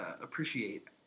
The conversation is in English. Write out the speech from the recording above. appreciate